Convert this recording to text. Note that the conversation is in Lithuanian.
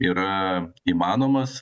yra įmanomas